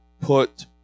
put